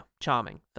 charming